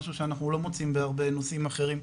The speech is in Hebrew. משהו שאנחנו לא מוצאים בהרבה נושאים אחרים,